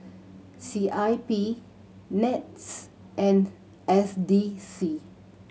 C I P NETS and S D C